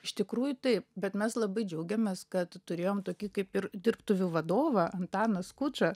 iš tikrųjų taip bet mes labai džiaugiamės kad turėjom tokį kaip ir dirbtuvių vadovą antaną skučą